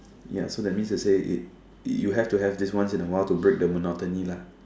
ya that means to say that you have to have this once in a while to break the monotony lah